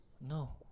No